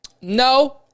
no